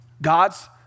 God's